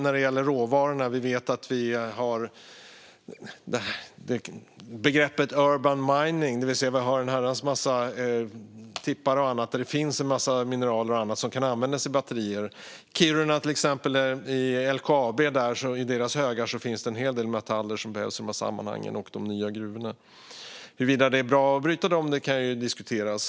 När det gäller råvarorna finns begreppet urban mining, det vill säga att vi har en herrans massa tippar och annat där det finns mineral som kan användas i batterier. I Kiruna, till exempel, finns LKAB:s högar med en hel del metaller som behövs i de här sammanhangen. Det handlar också om de nya gruvorna, men huruvida det är bra att bryta dem kan diskuteras.